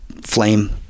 flame